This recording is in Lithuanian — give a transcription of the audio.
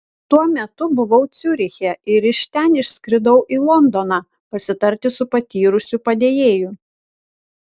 tuo metu buvau ciuriche ir iš ten išskridau į londoną pasitarti su patyrusiu padėjėju